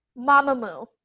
Mamamoo